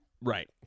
Right